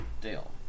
Dale